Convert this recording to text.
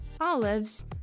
olives